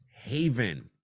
haven